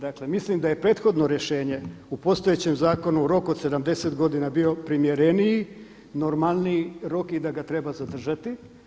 Dakle mislim da je prethodno rješenje u postojećem zakonu rok od 70 godina bio primjereniji, normalniji rok i da ga treba zadržati.